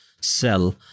sell